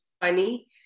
funny